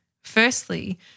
Firstly